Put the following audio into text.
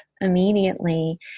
immediately